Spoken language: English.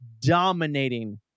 dominating